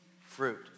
fruit